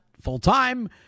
full-time